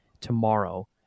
tomorrow